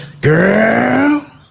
Girl